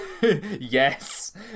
Yes